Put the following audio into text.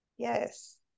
yes